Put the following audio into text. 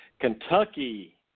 Kentucky